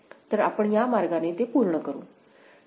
तर आपण त्या मार्गाने पूर्ण करू